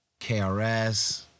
KRS